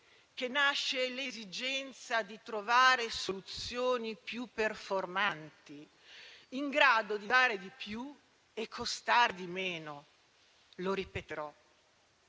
che nasce l'esigenza di trovare soluzioni più performanti, in grado di dare di più e costare di meno (lo ripeterò),